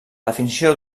definició